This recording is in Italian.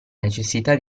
necessità